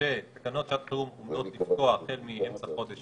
שתקנות לשעת חירום אמורות לפקוע החל מאמצע חודש